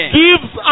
gives